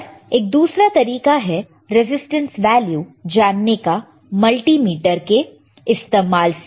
पर एक दूसरा तरीका है रेजिस्टेंस वैल्यू जानने का मल्टीमीटर के इस्तेमाल से